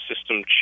system